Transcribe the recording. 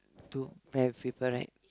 two pair of people right